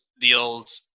deals